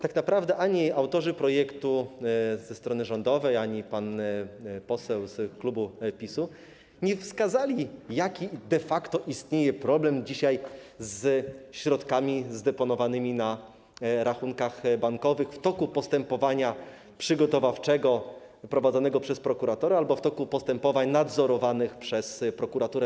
Tak naprawdę ani autorzy projektu ze strony rządowej, ani pan poseł z klubu PiS-u nie wskazali, jaki de facto istnieje dzisiaj problem ze środkami zdeponowanymi na rachunkach bankowych w toku postępowania przygotowawczego prowadzonego przez prokuratora albo w toku postępowań nadzorowanych przez prokuraturę.